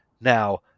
Now